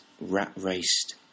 rat-raced